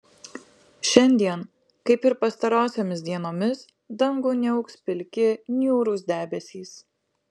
šiandien kaip ir pastarosiomis dienomis dangų niauks pilki niūrūs debesys